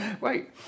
Wait